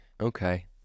Okay